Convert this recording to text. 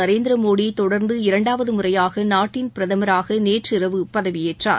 நரேந்திரமோடி தொடர்ந்து இரண்டாவது முறையாக நாட்டின் பிரதமராக நேற்று இரவு பதவியேற்றார்